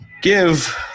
Give